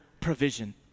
provision